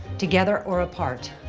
together or apart.